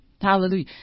Hallelujah